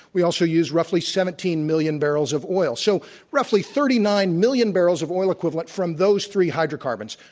we also use roughly seventeen million barrels of oil. so roughly thirty nine million barrels of oil equivalent from those three hydrocarbons,